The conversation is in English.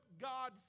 God